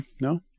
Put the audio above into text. no